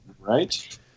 Right